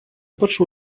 poczuł